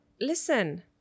listen